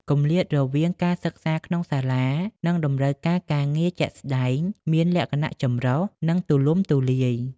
គម្លាតរវាងការសិក្សាក្នុងសាលា និងតម្រូវការការងារជាក់ស្តែងមានលក្ខណៈចម្រុះ និងទូលំទូលាយ។